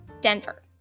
denver